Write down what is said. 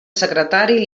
secretari